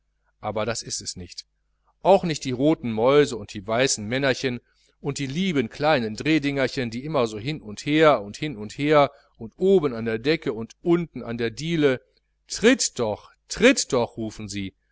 aber das ist es nicht auch nicht die roten mäuse und die weißen männerchen und die lieben kleinen drehdingerchen die immer so hin und her und hin und her und oben an der decke und unten an der diele tritt doch tritt doch rufen sie